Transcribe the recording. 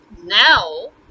Now